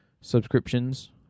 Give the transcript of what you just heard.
subscriptions